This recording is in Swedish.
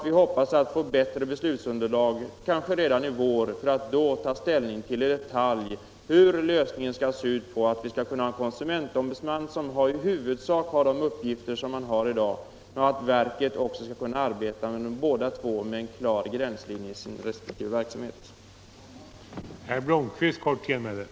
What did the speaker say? Vi hoppas få ett bättre beslutsunderlag så att riksdagen kanske redan i vår kan ta ställning till i detalj hur vi skall kunna få en konsumentombudsman som i huvudsak har de uppgifter han har i dag och ett konsumentverk som arbetar med klara gränslinjer för verksamheten.